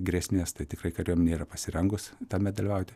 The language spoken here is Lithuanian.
grėsmės tai tikrai kariuomenė yra pasirengus tame dalyvauti